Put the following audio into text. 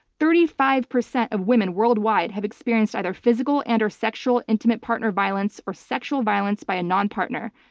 thirty five percent of women worldwide have experienced either physical and or sexual intimate partner violence or sexual violence by a non-partner.